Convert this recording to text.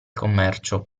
commercio